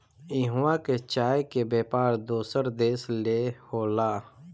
इहवां के चाय के व्यापार दोसर देश ले होला